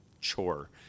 chore